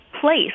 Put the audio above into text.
place